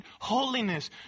holiness